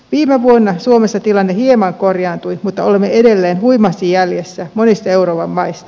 viime vuonna suomessa tilanne hieman korjaantui mutta olemme edelleen huimasti jäljessä monista euroopan maista